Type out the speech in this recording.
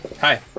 Hi